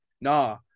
Nah